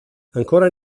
ancora